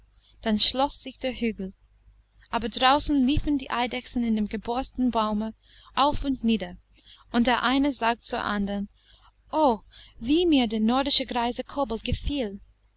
dann schloß sich der hügel aber draußen liefen die eidechsen in dem geborstenen baume auf und nieder und die eine sagte zur andern o wie mir der nordische greise kobold gefiel